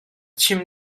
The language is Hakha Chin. chim